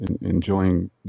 enjoying